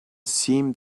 seemed